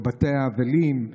בבתי האבלים,